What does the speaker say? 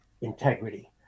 integrity